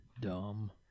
Dumb